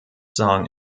song